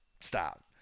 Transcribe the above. Stop